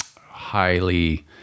highly